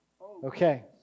Okay